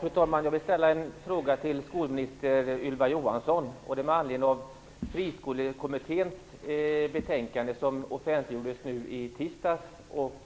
Fru talman! Jag vill ställa en fråga till skolminister Ylva Johansson med anledning av Friskolekommitténs betänkande som offentliggjordes nu i tisdags och